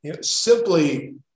Simply